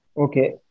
Okay